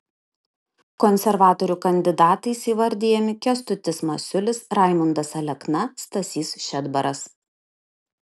konservatorių kandidatais įvardijami kęstutis masiulis raimundas alekna stasys šedbaras